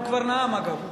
הוא כבר נאם, אגב.